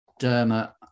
derma